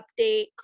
updates